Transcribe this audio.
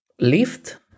lift